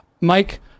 Mike